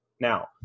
now